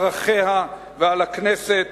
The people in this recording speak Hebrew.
על ערכיה ועל הכנסת.